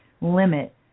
limit